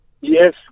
Yes